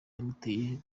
yamuteye